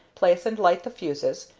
place and light the fuses,